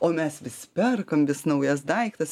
o mes vis perkam vis naujas daiktas